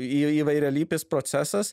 į įvairialypis procesas